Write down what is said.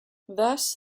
thus